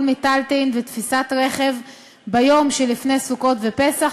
מיטלטלין ותפיסת רכב ביום שלפני סוכות ופסח,